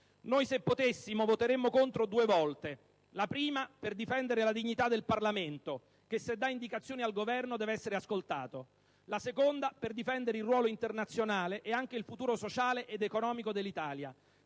morta. Se potessimo, voteremmo contro due volte: la prima per difendere la dignità del Parlamento, che se dà indicazioni al Governo deve essere ascoltato; la seconda per difendere il ruolo internazionale e anche il futuro sociale ed economico dell'Italia,